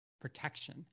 protection